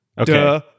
Okay